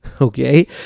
okay